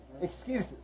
Excuses